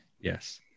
Yes